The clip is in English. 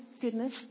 goodness